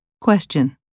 Question